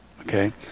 okay